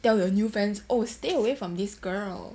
tell your new friends oh stay away from this girl